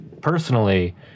personally